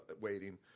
waiting